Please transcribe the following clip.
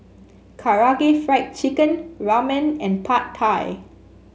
Karaage Fried Chicken Ramen and Pad Thai